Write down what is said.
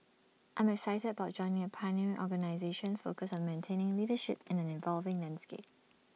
I'm excited about joining A pioneering organisation focused on maintaining leadership in an evolving landscape